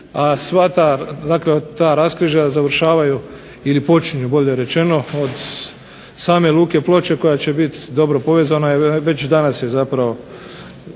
a sva ta, raskrižja završavaju ili počinju od same luke Ploče koaj će biti dobro povezana, već danas je uspostavljena